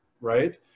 right